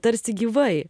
tarsi gyvai